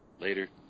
Later